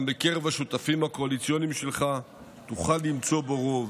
גם בקרב השותפים הקואליציוניים שלך תוכל למצוא בו רוב,